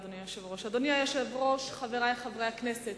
אדוני היושב-ראש, חברי חברי הכנסת,